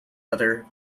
other